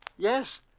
Yes